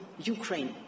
Ukraine